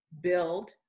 build